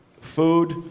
Food